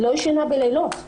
היא לא ישנה בלילות.